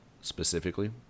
specifically